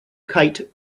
kite